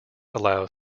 allowed